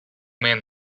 man